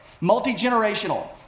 multi-generational